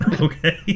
Okay